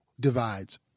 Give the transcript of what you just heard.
divides